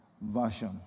Version